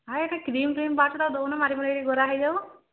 ହଁ ଏଟା କ୍ରିମ ଫ୍ରିମ୍ ଦେଉନ ନା ମାରିିକି ଗାରା ହୋଇଯାଉ